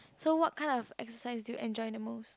so what kind of exercise do you enjoy the most